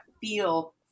feel